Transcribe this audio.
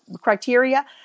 criteria